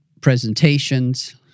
presentations